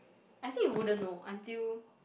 I think you wouldn't know until